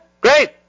great